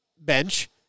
bench